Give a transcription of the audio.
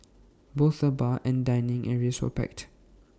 both the bar and dining areas were packed